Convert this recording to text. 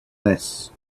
less